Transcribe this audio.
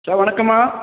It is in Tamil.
சொ வணக்கம்மா